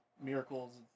miracles